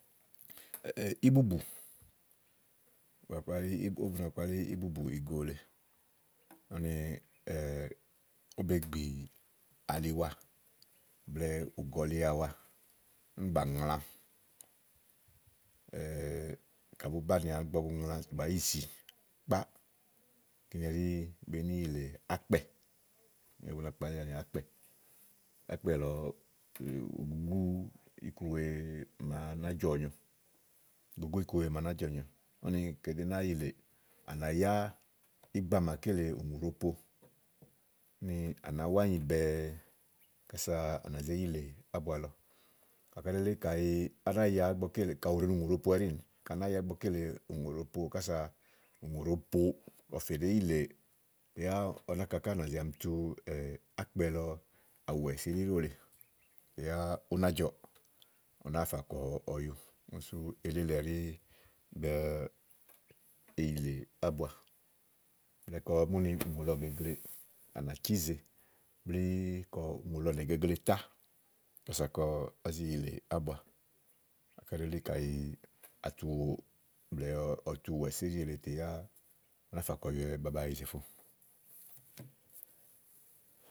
íbùbù ówó bà kpalí ibùbù ìgò lèe úni be gbì aliwa blɛ̀ɛ ùgɔ̀li àwa úni bà ŋla ka bùú banìià ígbɔ bu ŋla bàá yi zìi kíni ɛɖí bèé ni yìlè ákpɛ̀ li ba kpalíà ni ákpɛ̀, ákpɛ̀ lɔ lèe iku gúgú iku wèe màa ná jɔ̀ nyòo, ikugúgú ìku màa nájɔ̀ nyòo únika èé do náa yìlè à nà yá ígba màa lèe ùŋù ɖòo po úni á nàá wa ányi bɛ̀ɛ kása à nà zé yìlè ábua lɔ kayi káyí élí kayi á nà ya ígbɔké lèe kayi ùŋù ɖòo po ɛɖíì, ka à nà ya ígbɔké lèe ùŋù ɖòo po kása ùŋù ɖòo po, ɔwɔ fè ɖèé yilèe yáá ɔwɔ náka ká ne zi ami tu ákpɛ lɔ àwɛ̀ so ílíɖo lèe, tè yáá ú ná jɔ̀ɔ̀ ù nàáa fà kɔ ɔyu úni sú elí èle ɛɖí bo yìlè ábua blɛ̀ɛ ka àá mu ni ùŋù lɔ gèegleè à nà cízèe blíí kɔ ùŋù lɔ nègegle tàa kása kɔ̀ zi yìlè ábua kaɖi káɖi elí ɛɖí kayi àtu wò blɛ̀ɛ ɔwɔ tu wɛ̀so íɖì èle tè yá ú náa fà kɔ ɔyuwɛ ìzèfo.